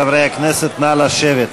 חברי הכנסת, נא לשבת.